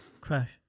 Crash